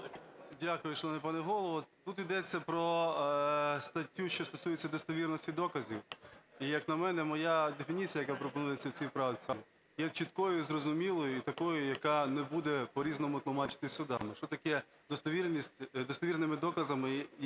Дякую, шановний пане Голово. Тут йдеться про статтю, що стосується достовірності доказів. І, як на мене, моя дефініція, яка пропонується в цій правці, є чіткою і зрозумілою, і такою, яка не буде по-різному тлумачитися судами, що таке достовірність... достовірними доказами,